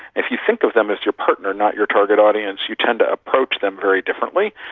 if you think of them as your partner not your target audience you tend to approach them very differently,